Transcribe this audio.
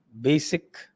basic